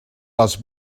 les